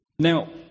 Now